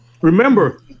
remember